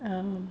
mm